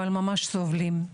אבל ממש סובלים.